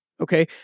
Okay